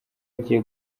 agiye